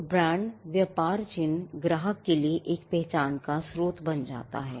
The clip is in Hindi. तो ब्रांड व्यापार चिह्न ग्राहक के लिए पहचान का एक स्रोत बन जाता है